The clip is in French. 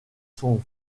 son